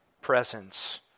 presence